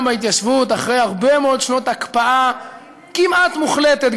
בהתיישבות אחרי הרבה מאוד שנות הקפאה כמעט מוחלטת,